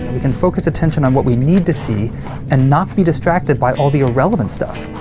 we can focus attention on what we need to see and not be distracted by all the irrelevant stuff.